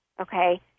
okay